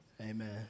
Amen